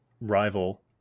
rival